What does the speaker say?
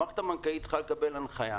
המערכת הבנקאית צריכה לקבל הנחיה,